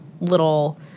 little